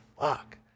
fuck